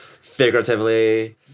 figuratively